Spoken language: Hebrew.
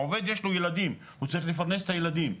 לעובד יש ילדים, הוא צריך לפרנס את הילדים,